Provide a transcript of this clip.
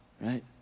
right